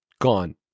gone